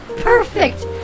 perfect